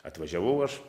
atvažiavau aš